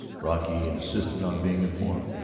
brocky insisted on being informed.